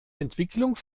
entwicklung